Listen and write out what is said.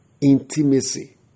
intimacy